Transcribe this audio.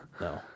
No